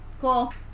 Cool